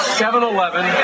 7-Eleven